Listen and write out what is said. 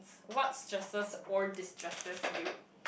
what stresses or destresses you